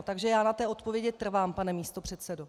Takže já na té odpovědi trvám, pane místopředsedo.